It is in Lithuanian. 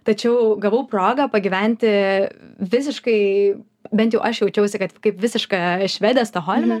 tačiau gavau progą pagyventi visiškai bent jau aš jaučiausi kad kaip visiška švedė stokholme